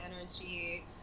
energy